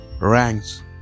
ranks